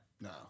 No